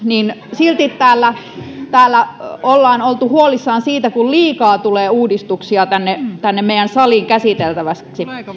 silti täällä täällä ollaan oltu huolissaan siitä kun liikaa tulee uudistuksia tänne tänne meidän saliin käsiteltäväksi